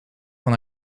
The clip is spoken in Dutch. van